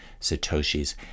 satoshis